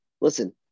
listen